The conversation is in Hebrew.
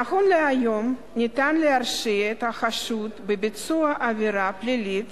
נכון להיום ניתן להרשיע את החשוד בביצוע עבירה פלילית,